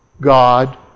God